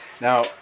Now